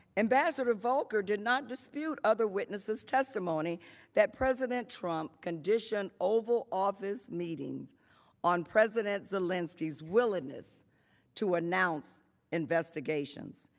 ambassador volker did not dispute other witnesses testimony that president trump conditioned oval office meetings on president zelensky's willingness to announce investigations.